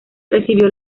recibió